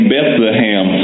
Bethlehem